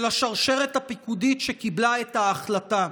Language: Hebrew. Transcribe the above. של השרשרת הפיקודית שקיבלה את ההחלטה,